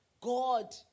God